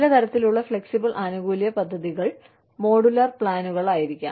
ചില തരത്തിലുള്ള ഫ്ലെക്സിബിൾ ആനുകൂല്യ പദ്ധതികൾ മോഡുലാർ പ്ലാനുകളായിരിക്കാം